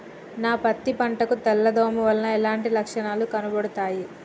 నా పత్తి పంట కు తెల్ల దోమ వలన ఎలాంటి లక్షణాలు కనబడుతాయి?